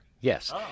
Yes